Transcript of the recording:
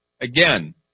Again